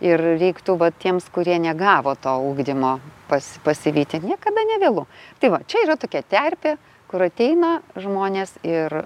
ir reiktų va tiems kurie negavo to ugdymo pas pasivyti niekada nevėlu tai va čia yra tokia terpė kur ateina žmonės ir